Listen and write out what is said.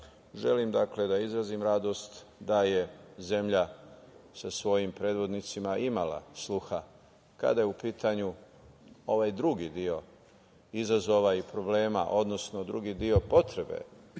želim da izrazim radost da je zemlja sa svojim predvodnicima imala sluha kada je u pitanju ovaj drugi deo izazova i problema, odnosno drugi deo energetske